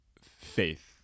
faith